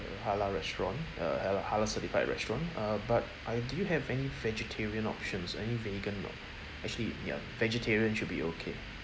halal restaurant uh halal halal certified restaurant uh but I do you have any vegetarian options any vegan or actually ya vegetarian should be okay